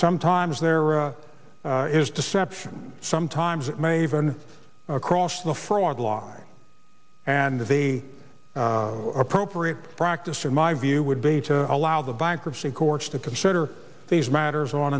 sometimes there are it is deception sometimes it may even across the fraud lie and the appropriate practice in my view would be to allow the bankruptcy courts to consider these matters on